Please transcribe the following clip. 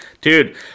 Dude